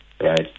right